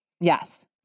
Yes